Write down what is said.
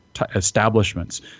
establishments